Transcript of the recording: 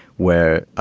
where